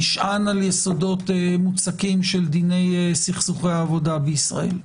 נשען על יסודות מוצקים של דיני סכסוכי עבודה בישראל.